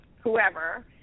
whoever